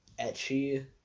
etchy